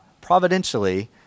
providentially